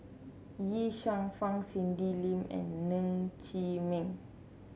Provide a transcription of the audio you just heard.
Ye Shufang Cindy Sim and Ng Chee Meng